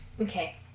Okay